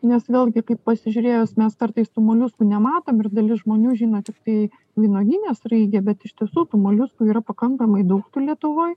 nes vėlgi kaip pasižiūrėjus mes kartais tų moliuskų nematom ir dalis žmonių žino tiktai vynuoginę sraigę bet iš tiesų tų moliuskų yra pakankamai daug tų lietuvoj